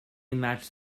match